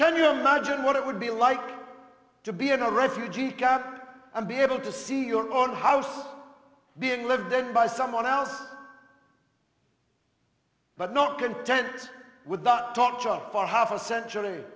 can you imagine what it would be like to be in a refugee camp and be able to see your own house being lived in by someone else but not content with the talk shop for half a century